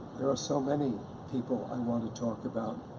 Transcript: there are so many people i want to talk about,